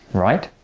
right?